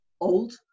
old